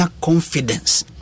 confidence